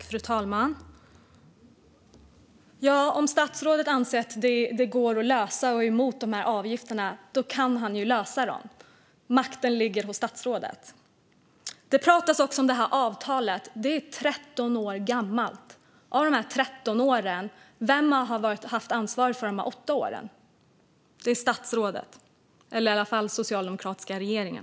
Fru talman! Om statsrådet anser att detta går att lösa och är emot de här avgifterna kan han lösa det. Makten ligger hos statsrådet. Det pratas om det här avtalet. Det är 13 år gammalt. Av de 13 åren, vem har haft ansvaret för de senaste 8? Det är statsrådet, eller i alla fall den socialdemokratiska regeringen.